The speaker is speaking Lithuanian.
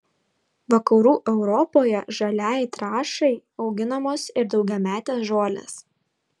vakarų europoje žaliajai trąšai auginamos ir daugiametės žolės